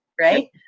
right